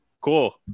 cool